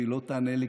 והיא לא תענה לי,